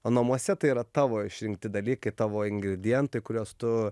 o namuose tai yra tavo išrinkti dalykai tavo ingredientai kuriuos tu